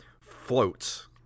floats